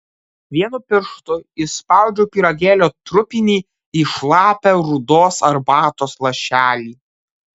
vienu pirštu įspaudžiau pyragėlio trupinį į šlapią rudos arbatos lašelį